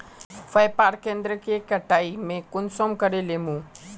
व्यापार केन्द्र के कटाई में कुंसम करे लेमु?